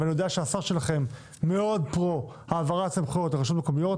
ואני יודע שהשר שלכם מאוד פרו העברת סמכויות לרשויות מקומיות,